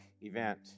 event